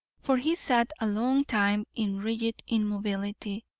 for he sat a long time in rigid immobility,